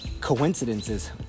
coincidences